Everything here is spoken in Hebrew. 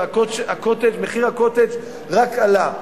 ומחירו רק עלה.